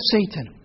Satan